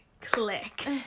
click